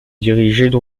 dirigeaient